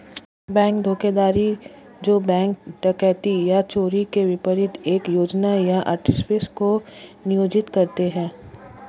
bank धोखाधड़ी जो bank डकैती या चोरी के विपरीत एक योजना या आर्टिफिस को नियोजित करते हैं